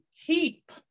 keep